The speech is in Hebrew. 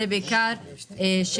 זו הערה בעיקר אליך,